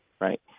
Right